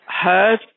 heard